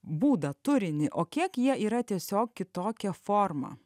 būdą turinį o kiek jie yra tiesiog kitokia forma